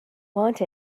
want